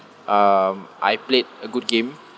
um I played a good game